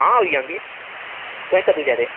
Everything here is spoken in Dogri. हां होई जागे तोहें कदूं चाही दे